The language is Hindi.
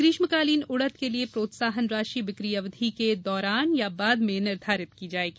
ग्रीष्मकालीन उड़द के लिये प्रोत्साहन राशि बिक्री अवधि के दौरान या बाद में निर्धारित की जायेगी